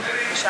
רק רגע, אדוני.